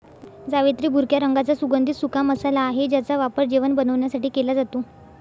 जावेत्री भुरक्या रंगाचा सुगंधित सुका मसाला आहे ज्याचा वापर जेवण बनवण्यासाठी केला जातो